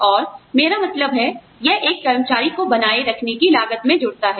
और मेरा मतलब है यह एक कर्मचारी को बनाए रखने की लागत में जुड़ता है